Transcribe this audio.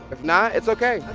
if not, it's ok.